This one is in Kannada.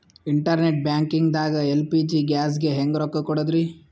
ಇಂಟರ್ನೆಟ್ ಬ್ಯಾಂಕಿಂಗ್ ದಾಗ ಎಲ್.ಪಿ.ಜಿ ಗ್ಯಾಸ್ಗೆ ಹೆಂಗ್ ರೊಕ್ಕ ಕೊಡದ್ರಿ?